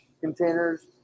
containers